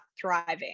thriving